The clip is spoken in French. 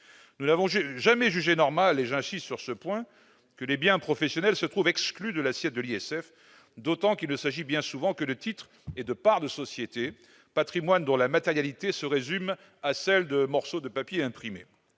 Nous n'avons jamais jugé normal- et j'insiste sur ce point -que les biens professionnels se trouvent exclus de l'assiette de l'ISF, d'autant qu'il ne s'agit bien souvent que de titres et de parts de sociétés, un patrimoine dont la matérialité se résume à celle de morceaux de papier imprimés.